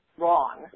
wrong